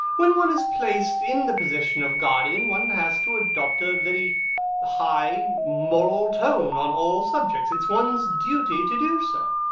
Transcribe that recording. when one is placed in the position of guardian, one has to adopt a very high moral tone on all subjects. it's one's duty to do so.